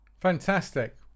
Fantastic